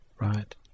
Right